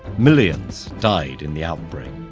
millions died in the outbreak,